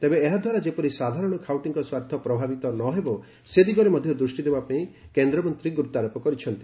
ତେବେ ଏହାଦ୍ୱାରା ଯେପରି ସାଧାରଣ ଖାଉଟିଙ୍କ ସ୍ୱାର୍ଥ ପ୍ରଭାବିତ ନ ହେବ ସେ ଦିଗରେ ମଧ୍ୟ ଦୃଷ୍ଟି ଦେବା ପାଇଁ କେନ୍ଦ୍ରମନ୍ତ୍ରୀ ଗୁରୁତ୍ୱାରୋପ କରିଛନ୍ତି